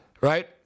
Right